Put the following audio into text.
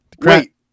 Great